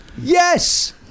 Yes